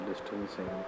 distancing